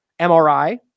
MRI